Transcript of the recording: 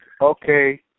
okay